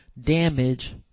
damage